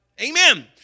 Amen